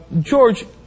George